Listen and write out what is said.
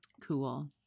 Cool